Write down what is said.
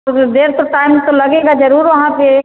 तो फिर देर तो टाइम तो लगेगा जरुर वहाँ पर